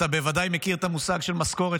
אתה בוודאי מכיר את המושג של משכורת